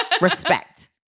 Respect